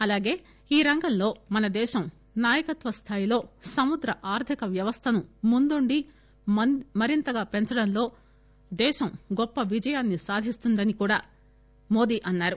అలాగే ఈ రంగంలో మన దేశం నాయకత్వ స్థాయిలో సముద్ర ఆర్థిక వ్యవస్థను ముందుండి మరింతగా పెంచడంలో దేశం గొప్ప విజయాన్ని సాధిస్తుందని నరేంద్ర మోడీ అన్నారు